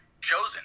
chosen